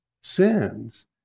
sins